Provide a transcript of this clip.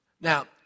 Now